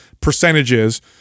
percentages